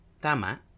tama